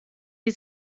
sie